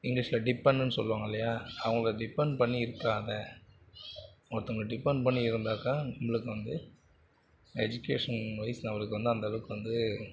இங்கிலீஷில் டிபென்ட்னு சொல்லுவாங்க இல்லையா அவங்கள டிபென்ட் பண்ணி இருக்காதே ஒருத்தங்கள டிபென்ட் பண்ணி இருந்தாக்கா நம்மளுக்கு வந்து எஜிகேஷன் வைஸ் நம்மளுக்கு வந்து அந்தளவுக்கு வந்து